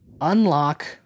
Unlock